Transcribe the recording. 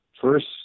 First